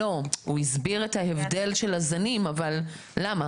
הוא הסביר את ההבדל של הזנים, אבל למה?